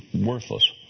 worthless